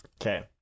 okay